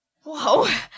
Whoa